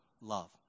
love